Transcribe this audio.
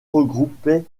regroupait